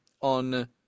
on